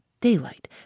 Daylight